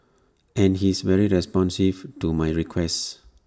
and he's very responsive to my requests